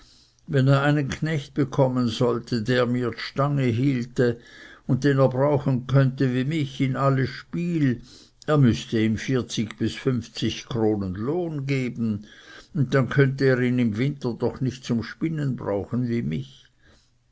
wenn er einen knecht bekommen sollte der mir die stange hielte und den er brauchen konnte wie mich in alle spiel er müßte ihm vierzig bis fünfzig kronen lohn geben und dann könnte er ihn im winter doch nicht zum spinnen brauchen wie mich